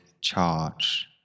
charge